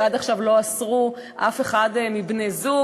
ועד עכשיו לא אסרו אף אחד מבני-זוג או,